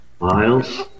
Miles